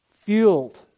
fueled